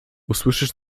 usłyszysz